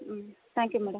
thank you madam